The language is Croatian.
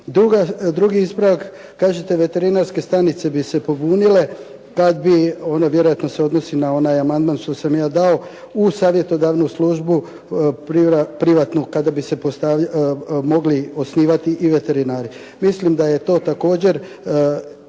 Drugi ispravak, tražite veterinarske stanice bi se pobunile kada bi, ovo vjerojatno se odnosi na onaj amandman što sam ja dao u savjetodavnu službu kada bi se mogli osnivati i veterinari. Mislim da je to također